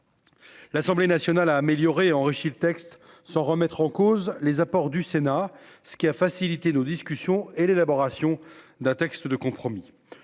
L'Assemblée nationale a amélioré enrichi le texte sans remettre en cause les apports du Sénat, ce qui a facilité nos discussions et l'élaboration d'un texte de compromis